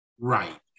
Right